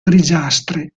grigiastre